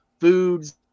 foods